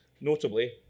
Notably